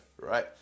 right